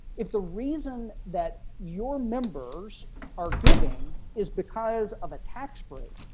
if the reason that your members are giving is because of a tax break